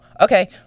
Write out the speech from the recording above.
Okay